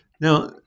Now